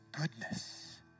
goodness